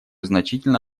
значительно